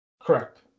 Correct